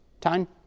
time